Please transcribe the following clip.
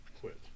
Quit